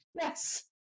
yes